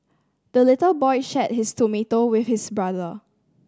the little boy shared his tomato with his brother